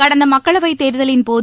கடந்த மக்களவைத் தேர்தலின்போது